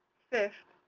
fifth,